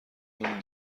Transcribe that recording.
اون